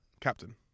captain